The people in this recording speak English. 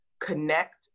connect